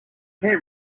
hair